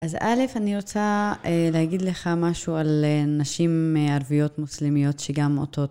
אז א. אני רוצה להגיד לך משהו על נשים ערביות מוסלמיות שגם עוטות